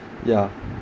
yeah